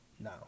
No